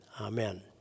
Amen